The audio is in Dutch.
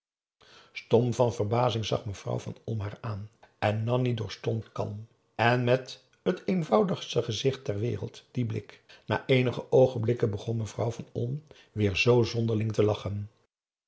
van verbazing zag mevrouw van olm haar aan en nanni doorstond kalm en met het eenvoudigste gezicht ter wereld dien blik na eenige oogenblikken begon mevrouw van olm weer zoo zonderling te lachen